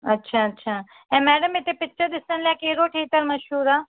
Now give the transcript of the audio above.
अच्छा अच्छा ऐं मैडम हिते पिकिचरु ॾिसण लाइ कहिड़ो मशहूरु आहे